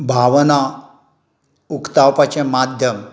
भावना उक्तावपाचें माध्यम